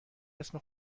اسم